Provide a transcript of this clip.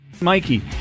Mikey